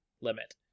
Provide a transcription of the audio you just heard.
limit